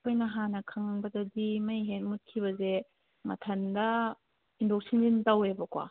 ꯑꯩꯈꯣꯏꯅ ꯍꯥꯟꯅ ꯈꯪꯕꯗꯗꯤ ꯃꯩ ꯍꯦꯛ ꯃꯨꯠꯈꯤꯕꯁꯦ ꯃꯊꯟꯗ ꯁꯤꯟꯗꯣꯛ ꯁꯤꯖꯤꯟ ꯇꯧꯋꯦꯕꯀꯣ